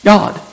God